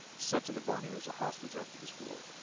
sent to the vanir as a hostage after this war.